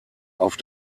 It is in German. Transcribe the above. auf